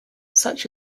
such